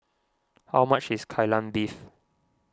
how much is Kai Lan Beef